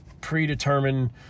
predetermined